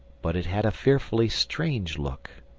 but it had a fearfully strange look.